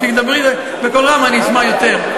אם תדברי בקול רם אני אשמע יותר.